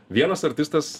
vienas artistas